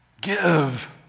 Give